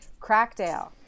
Crackdale